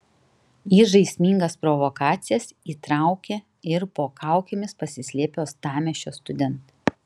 į žaismingas provokacijas įtraukė ir po kaukėmis pasislėpę uostamiesčio studentai